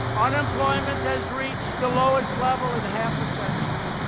unemployment has reached the lowest level in half a century.